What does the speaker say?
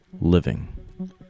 living